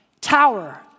tower